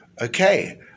Okay